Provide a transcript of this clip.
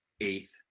eighth